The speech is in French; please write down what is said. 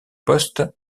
postes